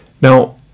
now